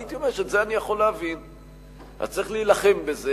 הייתי אומר שאת זה אני יכול להבין וצריך להילחם בזה,